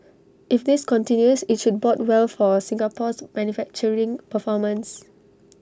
if this continues IT should bode well for Singapore's manufacturing performance